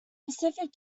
pacific